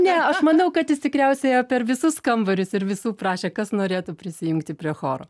ne aš manau kad jis tikriausiai ėjo per visus kambarius ir visų prašė kas norėtų prisijungti prie choro